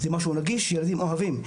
זה משהו נגיש, ילדים אוהבים.